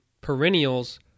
perennials